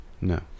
No